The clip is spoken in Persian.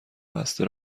بسته